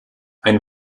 ein